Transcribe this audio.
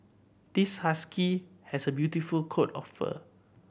this husky has a beautiful coat of fur